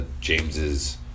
James's